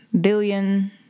billion